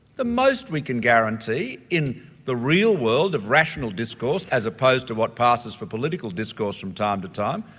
the most we can guarantee in the real world of rational discourse, as opposed to what passes for political discourse from time to time,